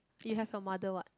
you have your mother what